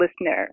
listener